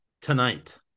tonight